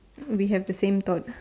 we have the same thought